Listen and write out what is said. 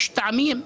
יש טעמים.